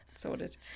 sorted